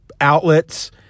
outlets